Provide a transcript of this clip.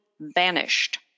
vanished